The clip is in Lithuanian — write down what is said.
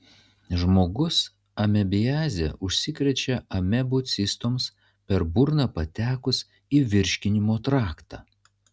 žmogus amebiaze užsikrečia amebų cistoms per burną patekus į virškinimo traktą